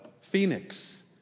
Phoenix